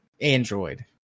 Android